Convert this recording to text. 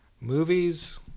movies